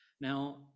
now